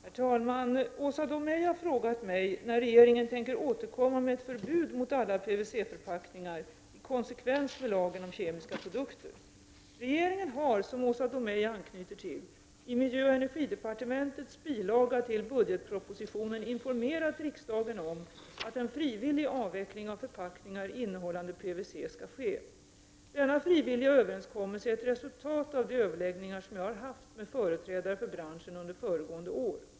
Herr talman! Åsa Domeij har frågat mig när regeringen tänker återkomma med ett förbud mot alla PVC-förpackningar i konsekvens med lagen om kemiska produkter. Regeringen har, som Åsa Domeij anknyter till, i miljö— och energidepartementets bilaga till budgetpropositionen informerat riksdagen om att en frivillig avveckling av förpackningar innehållande PVC skall ske. Denna frivilliga överenskommelse är ett resultat av de överläggningar som jag har haft med företrädare för branschen under föregående år.